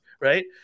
Right